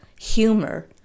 humor